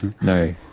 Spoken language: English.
no